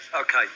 Okay